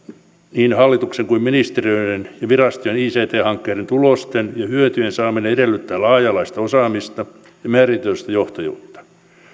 niin hallituksen kuin ministeriöiden ja virastojen ict hankkeiden tulosten ja hyötyjen saaminen edellyttää laaja alaista osaamista ja määrätietoista johtajuutta